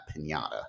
pinata